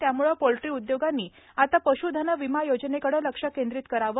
त्यामुळे पोल्ट्री उद्योगांनी आता पशुधन विमा योजनेकड़े लक्ष केंद्रित करावे